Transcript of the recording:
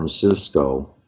Francisco